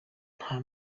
nta